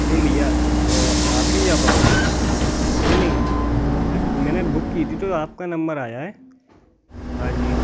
नहीं भैया तो आप नहीं जा पाओगे नहीं नहीं एक मैंने बुक की थी तो आपका नंबर आया है हाँ जी